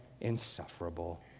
insufferable